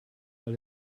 mal